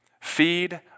feed